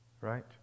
Right